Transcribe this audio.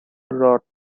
rot